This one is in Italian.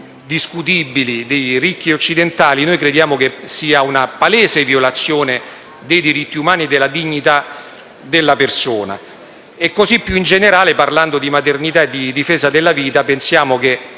dei ricchi occidentali, noi crediamo che sia una palese violazione dei diritti umani e della dignità della persona. Così, più in generale, parlando di maternità e di difesa della vita, pensiamo che